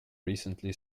recently